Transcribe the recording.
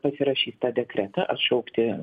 pasirašys tą dekretą atšaukti